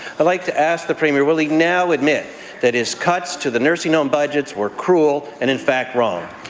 i would like to ask the premier will he now admit that his cuts to the nursing home budgets were cruel and in fact wrong?